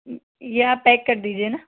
या आप पैक कर दीजिए ना